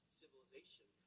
civilization